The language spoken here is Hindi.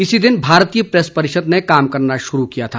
इसी दिन भारतीय प्रेस परिषद ने काम करना शुरु किया था